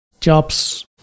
jobs